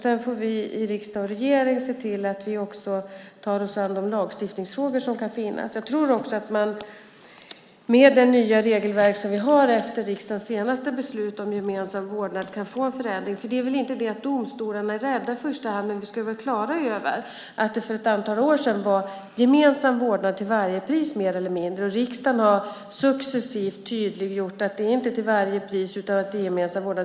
Sedan får vi i riksdag och regering se till att vi också tar oss an de lagstiftningsfrågor som kan finnas. Med det nya regelverk som vi har efter riksdagens senaste beslut om gemensam vårdnad tror jag att det kan bli en förändring. Det handlar väl inte om att domstolarna i första hand är rädda. Men vi ska vara klara över att det för ett antal år sedan mer eller mindre skulle vara gemensam vårdnad till varje pris. Riksdagen har successivt tydliggjort att det inte ska vara gemensam vårdnad till varje pris.